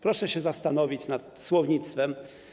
Proszę się zastanowić nad słownictwem.